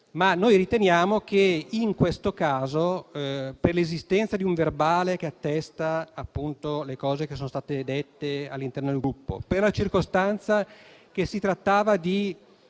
opinioni differenti. In questo caso, per l'esistenza di un verbale che attesta le cose che sono state dette all'interno del Gruppo; per la circostanza che si è trattato di